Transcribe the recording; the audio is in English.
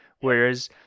Whereas